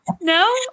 No